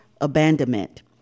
abandonment